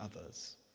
others